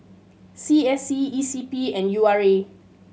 C S C E C P and U R A